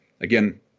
Again